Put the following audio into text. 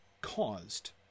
caused